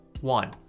one